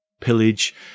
pillage